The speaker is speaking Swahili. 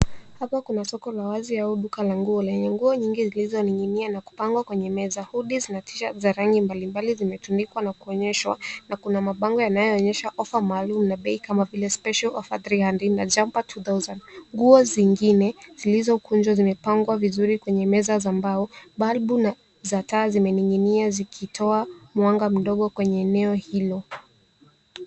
Hapa kuna soko la wazi au duka la nguo, lenye nguo nyingi zilizoning'inia na kupangwa kwenye meza. Hoody na T-shirts za rangi mbalimbali zimetundikwa na kuonyeshwa na kuna mabango yanayoonyesha ofa maalumu na bei kama vile, special offer three hundred na jamper two thousand . Nguo zingine, zilizokunjwa zimepangwa vizuri kwenye meza za mbao, balbu za taa zimening'inia zikitoa mwanga mdogo kwenye eneo hilo.